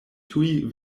tuj